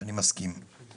שאני מסכים איתם,